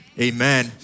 amen